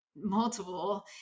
multiple